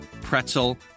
pretzel